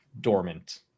dormant